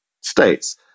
States